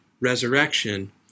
resurrection